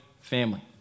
family